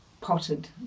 potted